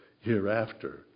hereafter